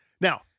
Now